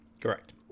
Correct